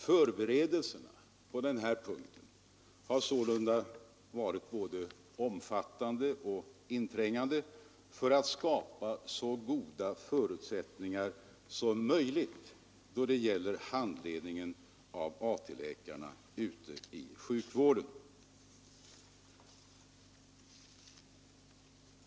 Förberedelserna på den här punkten har sålunda varit både omfattande och inträngande för att man skall skapa så goda förutsättningar som möjligt då det gäller handledningen av AT-läkarna ute i sjukvården.